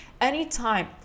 anytime